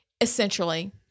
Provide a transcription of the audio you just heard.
Essentially